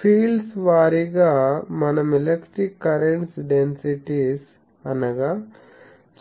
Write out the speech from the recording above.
fields వారీగా మనం electric currents densities అనగా